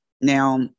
Now